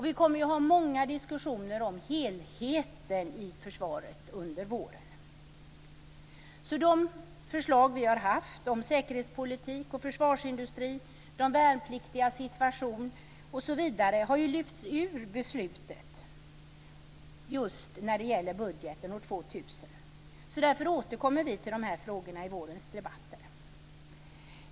Vi kommer att ha många diskussioner om helheten i försvaret under våren. De förslag vi har om säkerhetspolitik och försvarsindustri, de värnpliktigas situation osv. har lyfts ur beslutet just när det gäller budgeten år 2000, och därför återkommer vi till de här frågorna i vårens debatter.